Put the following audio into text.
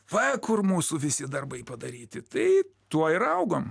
va kur mūsų visi darbai padaryti tai tuo ir augom